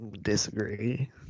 disagree